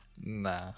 Nah